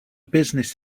business